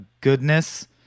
goodness